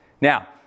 Now